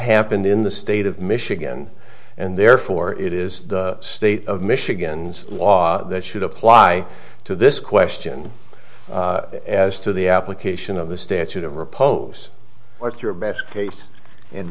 happened in the state of michigan and therefore it is the state of michigan's law that should apply to this question as to the application of the statute of repose what's your best case in